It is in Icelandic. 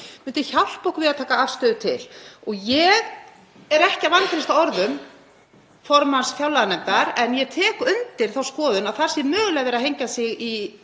myndi hjálpa okkur við að taka afstöðu til. Ég er ekki að vantreysta orðum formanns fjárlaganefndar en ég tek undir þá skoðun að mögulega sé verið að hengja sig í